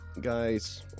Guys